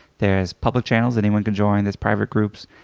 there's public channels anyone can join, there's private groups.